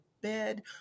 bed